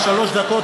בשלוש דקות,